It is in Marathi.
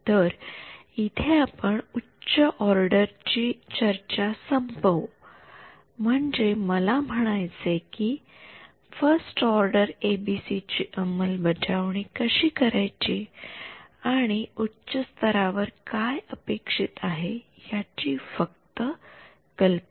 तर इथे आपण उच्च ऑर्डर ची चर्चा संपवू म्हणजे मला म्हणायचेय कि first order A B C ची अंमलबजावणी कशी करायची आणि उच्च स्तरावर काय अपेक्षित आहे याची फक्त कल्पना